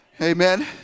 Amen